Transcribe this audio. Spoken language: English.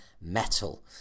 metal